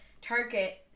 Target